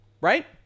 right